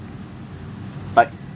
but